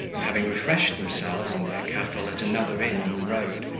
and having refreshed themselves and their cattle at another inn on the road,